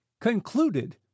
concluded